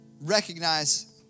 recognize